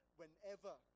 whenever